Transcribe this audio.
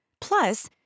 Plus